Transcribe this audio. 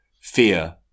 fear